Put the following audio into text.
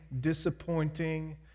disappointing